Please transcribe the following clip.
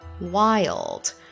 Wild